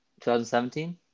2017